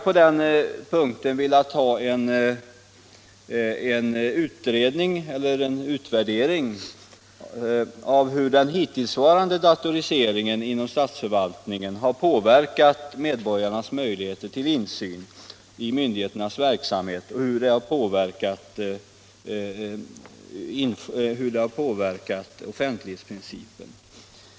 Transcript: På den punkten har vi velat ha en utvärdering av hur den hittillsvarande datoriseringen inom statsförvaltningen har påverkat medborgarnas möjligheter till insyn i myndigheternas verksamhet och hur den har påverkat offentlighetsprincipen.